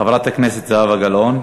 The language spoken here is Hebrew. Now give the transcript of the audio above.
חברת הכנסת זהבה גלאון.